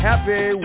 Happy